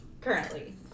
currently